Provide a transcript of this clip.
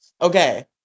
okay